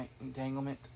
entanglement